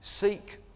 Seek